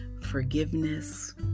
forgiveness